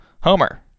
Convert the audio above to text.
Homer